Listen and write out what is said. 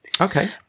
okay